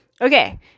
Okay